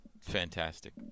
fantastic